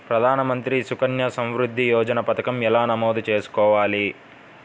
ప్రధాన మంత్రి సుకన్య సంవృద్ధి యోజన పథకం ఎలా నమోదు చేసుకోవాలీ?